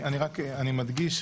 אני מדגיש,